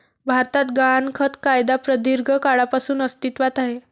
भारतात गहाणखत कायदा प्रदीर्घ काळापासून अस्तित्वात आहे